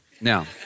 Now